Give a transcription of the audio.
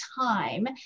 time